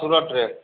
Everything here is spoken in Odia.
ସୁରଟରେ